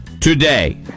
today